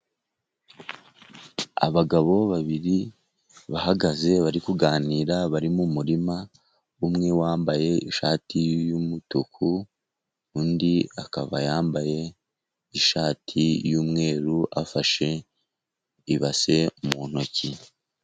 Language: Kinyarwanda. Abagabo babiri bahagaze bari kuganira bari mu muririma, umwe wambaye ishati y'umutuku undi akaba yambaye ishati y'umweru afashe ibase mu ntoki.